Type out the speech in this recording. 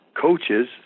coaches